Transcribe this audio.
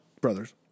brothers